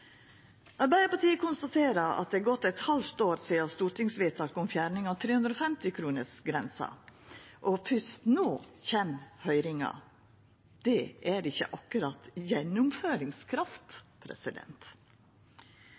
Arbeidarpartiet konstaterer at det har gått eit halvt år sidan stortingsvedtaket om fjerning av 350 kr-grensa, og fyrst no kjem høyringa. Det er ikkje akkurat gjennomføringskraft.